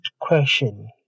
question